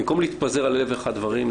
במקום להתפזר על אלף ואחד דברים,